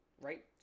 right